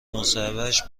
مصاحبهش